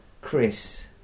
Chris